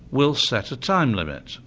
will set a time limit,